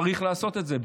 צריך לעשות את זה,